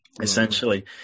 essentially